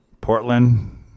Portland